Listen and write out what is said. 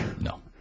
no